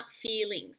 feelings